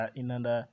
inanda